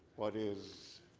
what is